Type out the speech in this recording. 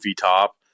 top